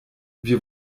wir